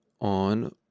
on